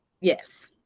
Yes